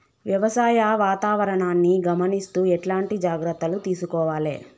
వ్యవసాయ వాతావరణాన్ని గమనిస్తూ ఎట్లాంటి జాగ్రత్తలు తీసుకోవాలే?